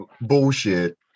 bullshit